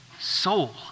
soul